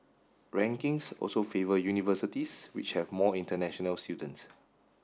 rankings also favour universities which have more international students